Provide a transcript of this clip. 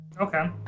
Okay